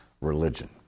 religion